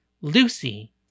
Lucy